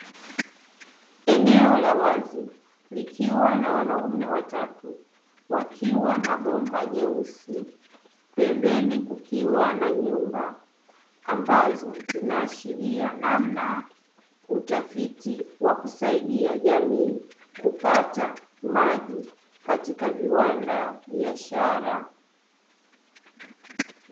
Eneo la wazi likiwa na wanaume watatu wakiwa na bomba jeusi pembeni kukiwa na nyumba, ambazo inaashiria namna utafiti wa kusaidia jamii kupata maji katika viwanda, biashara.